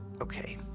okay